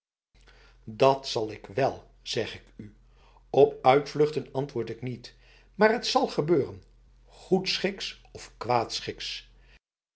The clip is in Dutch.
dat zal er wél zeg ik u op uitvluchten antwoord ik niet maar het zal gebeuren goedschiks of